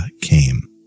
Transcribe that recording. came